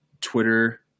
Twitter